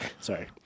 Sorry